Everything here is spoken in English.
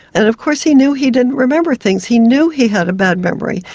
and of course he knew he didn't remember things, he knew he had a bad memory,